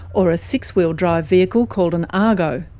or a six-wheel-drive vehicle called an argo.